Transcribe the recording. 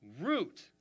Root